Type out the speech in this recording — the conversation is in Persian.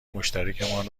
مشترکمان